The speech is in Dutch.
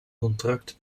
contract